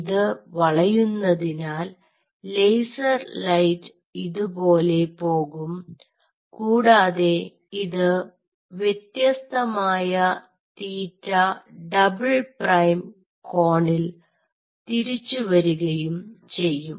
ഇത് വളയുന്ന തിനാൽ ലേസർ ലൈറ്റ് ഇതുപോലെ പോകും കൂടാതെ ഇത് വ്യത്യസ്തമായ തീറ്റ ഡബിൾ പ്രൈം കോണിൽ തിരിച്ചു വരികയും ചെയ്യും